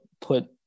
put